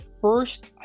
first